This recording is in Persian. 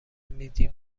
میدی